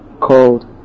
called